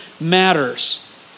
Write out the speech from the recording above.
matters